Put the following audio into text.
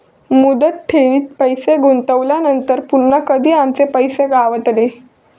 मुदत ठेवीत पैसे गुंतवल्यानंतर पुन्हा कधी आमचे पैसे गावतले?